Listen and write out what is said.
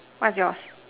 what's yours